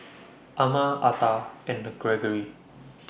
Ama Arta and Greggory